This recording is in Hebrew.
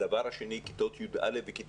יחזרו מיידית, כבר מחר בבוקר, ושכיתות י"א ו-י"ב